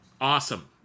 Awesome